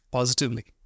Positively